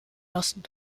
lassen